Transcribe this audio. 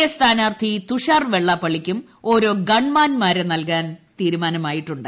A സ്ഥാനാർത്ഥി തുഷാർ വെള്ളാപ്പള്ളിക്കും ഓരോ ഗൺമാന്മാരെ നൽകാൻ തീരുമാനമായിട്ടുണ്ട്